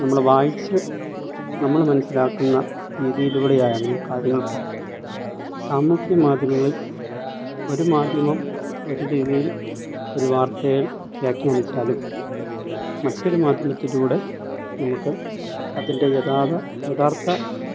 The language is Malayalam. നമ്മൾ വായിച്ച് നമ്മൾ മനസ്സിലാക്കുന്ന രീതിയിലൂടെയാണ് കാരണം അപ്പം സാമൂഹ്യ മാധ്യമങ്ങളിൽ ഒരു മാധ്യമം ഒരു രീതിയിൽ ഒരു വാർത്തയായി വ്യാഖ്യാനിച്ചാലും മറ്റൊരു മാധ്യമത്തിലൂടെ നമുക്ക് അതിൻ്റെ യദാത യഥാർത്ഥ